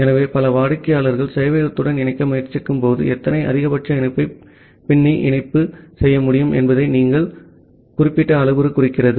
ஆகவே பல வாடிக்கையாளர்கள் சேவையகத்துடன் இணைக்க முயற்சிக்கும்போது எத்தனை அதிகபட்ச இணைப்பை பின்னிணைப்பு செய்ய முடியும் என்பதை இந்த குறிப்பிட்ட அளவுரு குறிக்கிறது